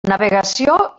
navegació